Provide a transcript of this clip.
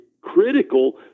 critical